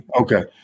Okay